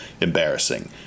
embarrassing